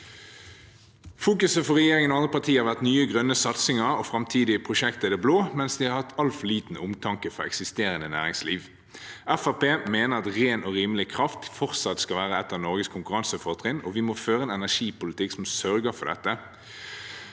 Fokuset for regjeringen og andre partier har vært nye, grønne satsinger og framtidige prosjekter i det blå, mens de har hatt altfor lite omtanke for eksisterende næringsliv. Fremskrittspartiet mener at ren og rimelig kraft fortsatt skal være et av Norges konkurransefortrinn, og vi må føre en energipolitikk som sørger for dette.